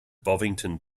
bovington